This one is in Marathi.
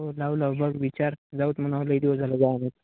हो लावा लावा बघ विचार जाऊ त म्हणावं दिवस झालं जाऊन